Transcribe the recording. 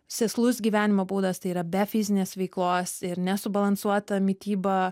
sėslus gyvenimo būdas tai yra be fizinės veiklos ir nesubalansuota mityba